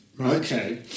Okay